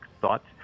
thoughts